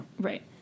Right